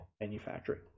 manufacturing